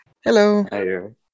Hello